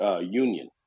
union